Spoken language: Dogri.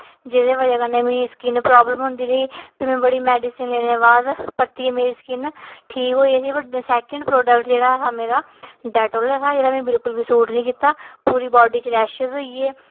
जिदे वजह कन्नै मिगी स्किन प्राब्लम होंदी रेही ते में बड़ी मैडिसिन लेने दे बाद परतियै मेरी स्किन ठीक होई ही पर सैकिंड प्रोडक्ट जेह्ड़ा ऐ हा मेरा डिटोल हा जेह्ड़ा मि बिल्कुल बी सूट नि कीत्ता पूरी बाडी च रैशेस होइये